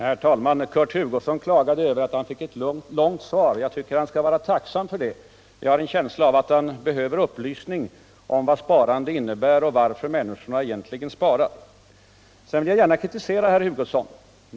Herr talman! Kurt Hugosson klagade över att han fick ett långt svar. Jag tycker att han skall vara tacksam för det. Jag har en känsla av att han behöver upplysning om vad sparande innebär och om varför människorna egentligen sparar. Jag vill också kritisera herr Hugosson.